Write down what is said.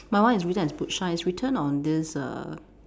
my one is written as boot shine it's written on this err